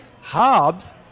Hobbs